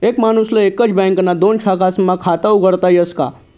एक माणूसले एकच बँकना दोन शाखास्मा खातं उघाडता यस का?